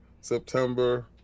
September